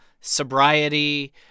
sobriety